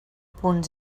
punt